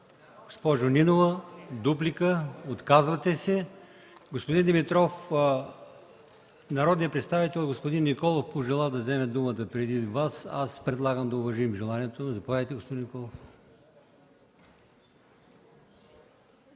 Господин Димитров, народният представител Николов пожела да вземе думата преди Вас. Предлагам да уважим желанието. Заповядайте, господин Николов.